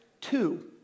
two